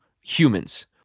humans